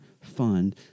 fund